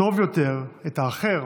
טוב יותר, את האחר,